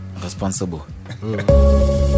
responsible